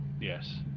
Yes